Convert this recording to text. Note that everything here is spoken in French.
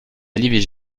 l’ivg